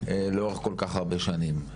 לאורך כל כך הרבה שנים.